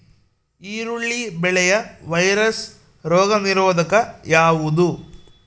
ಈರುಳ್ಳಿ ಬೆಳೆಯ ವೈರಸ್ ರೋಗ ನಿರೋಧಕ ಯಾವುದು?